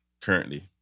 currently